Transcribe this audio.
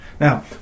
Now